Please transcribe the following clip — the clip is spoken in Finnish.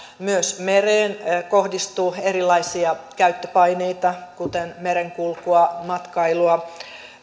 myös mereen kohdistuu erilaisia käyttöpaineita kuten merenkulkua matkailua